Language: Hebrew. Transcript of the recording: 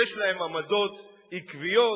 יש להם עמדות עקביות,